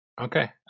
Okay